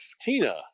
Tina